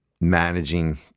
managing